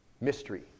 mystery